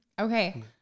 Okay